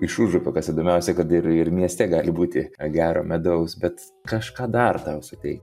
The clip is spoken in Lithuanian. iš užupio kas įdomiausia kad ir ir mieste gali būti gero medaus bet kažką dar tau suteikia